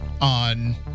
on